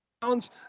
pounds